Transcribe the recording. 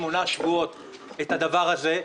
ובעצם מקפיאה מזה שמונה שבועות את הדבר הזה,